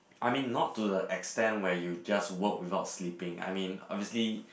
I mean not to the extent where you just work without sleeping I mean obviously